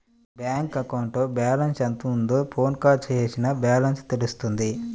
bank అకౌంట్లో balance ఎంత ఉందో ఫోన్ కాల్ చేసినా బ్యాలెన్స్ తెలుస్తుంది